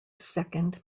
second